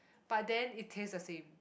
but then it taste the same